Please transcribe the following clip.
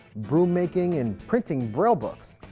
broom making and printing braille books.